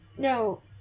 No